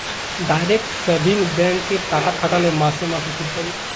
direct savings bank এ টাকা খাটালে মাসে মাসে শুধ পাবে